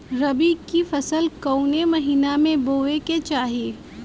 रबी की फसल कौने महिना में बोवे के चाही?